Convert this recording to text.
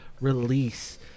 release